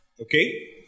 okay